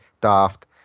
daft